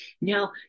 Now